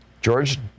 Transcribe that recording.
George